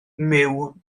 myw